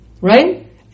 right